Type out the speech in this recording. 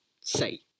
say